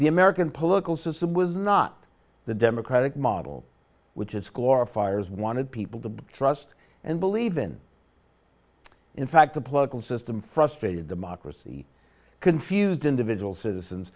the american political system was not the democratic model which is core fires wanted people to trust and believe in in fact the plug in system frustrated democracy confused individual citizens